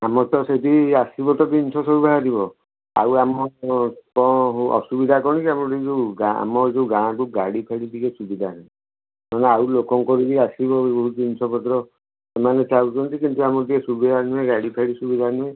ଆମର ତ ସେଇଠି ଆସିବ ତ ଜିନଷ ସବୁ ବାହାରିବ ଆଉ ଆମ ଅସୁବିଧା କ'ଣ କି ଆମର ଏଇ ଯେଉଁ ଗାଁ ଆମର ଯେଉଁ ଗାଁକୁ ଗାଡ଼ିଫାଡ଼ି ଟିକିଏ ସୁବିଧା ନାହିଁ ତେଣୁ ଆଉ ଲୋକଙ୍କର ବି ଆସିବ ଜିନଷପତ୍ର ସେମାନେ ଚାହୁଁଛନ୍ତି କିନ୍ତୁ ଆମକୁ ଟିକିଏ ସୁବିଧା ହେଲେ ଗାଡ଼ିଫାଡ଼ି ହେଲେ